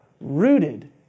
rooted